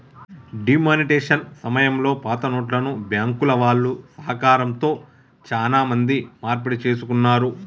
D monetisation సమయంలో పాతనోట్లను బ్యాంకుల వాళ్ళ సహకారంతో చానా మంది మార్పిడి చేసుకున్నారు